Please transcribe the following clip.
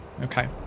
okay